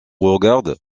regarde